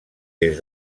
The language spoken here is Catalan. des